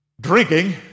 Drinking